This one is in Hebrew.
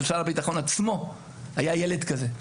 אבל שר הביטחון עצמו היה ילד כזה,